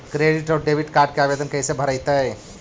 Credit और debit card के आवेदन कैसे भरैतैय?